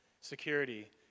security